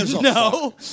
No